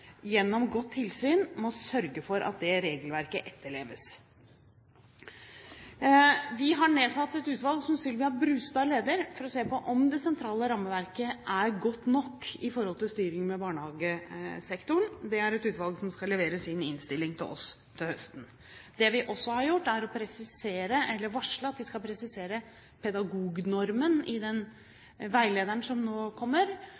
gjennom godt tilsyn sørge for at regelverket etterleves. Vi har nedsatt et utvalg, som Sylvia Brustad leder, for å se på om det sentrale rammeverket er godt nok når det gjelder styring av barnehagesektoren. Det er et utvalg som skal levere sin innstilling til oss til høsten. Det vi også har gjort, er å varsle at de skal presisere pedagognormen i den veilederen som nå kommer,